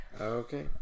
Okay